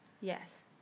Yes